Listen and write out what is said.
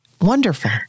wonderful